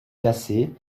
cassé